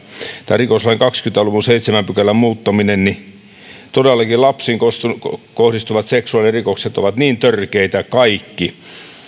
rikoslain kahdenkymmenen luvun seitsemännen pykälän muuttamisesta todellakin lapsiin kohdistuvat seksuaalirikokset ovat niin törkeitä kaikki